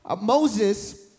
Moses